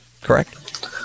correct